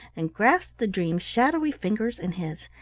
and grasped the dream's shadowy fingers in his.